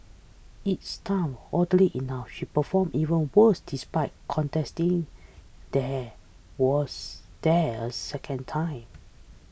it's time oddly enough she performed even worse despite contesting there was there second time